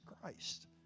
Christ